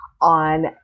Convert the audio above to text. on